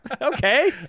okay